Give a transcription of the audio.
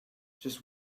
just